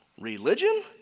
Religion